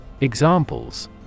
Examples